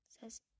says